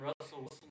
Russell